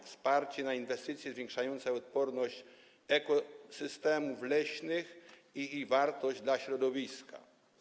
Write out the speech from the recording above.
Wsparcie na inwestycje zwiększające odporność ekosystemów leśnych i ich wartość dla środowiska.